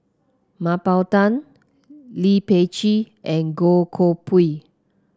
Mah Bow Tan Lee Peh Gee and Goh Koh Pui